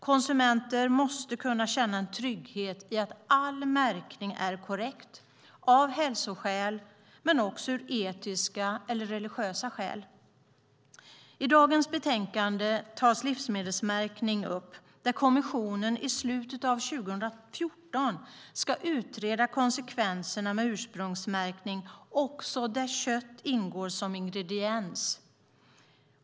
Konsumenter måste känna trygghet i att all märkning är korrekt av hälsoskäl och av etiska eller religiösa skäl. I dagens betänkande tas livsmedelsmärkning upp, där kommissionen har fått i uppdrag att i slutet av 2014 utreda konsekvenserna med ursprungsmärkning i produkter där kött ingår som ingrediens.